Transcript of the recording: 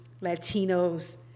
Latinos